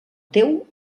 teu